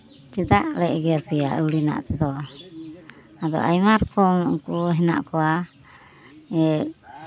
ᱪᱮᱫᱟᱜ ᱞᱮ ᱮᱜᱮᱨ ᱯᱮᱭᱟ ᱟᱹᱣᱲᱤᱱᱟᱜ ᱛᱮᱫᱚ ᱟᱫᱚ ᱟᱭᱢᱟ ᱨᱚᱠᱚᱢ ᱩᱱᱠᱩ ᱦᱮᱱᱟᱜ ᱠᱚᱣᱟ